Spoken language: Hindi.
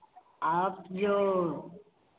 आप जो